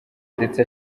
ndetse